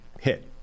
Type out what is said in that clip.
hit